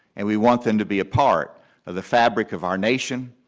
and we want them to be a part of the fabric of our nation,